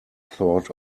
thought